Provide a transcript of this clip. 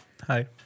Hi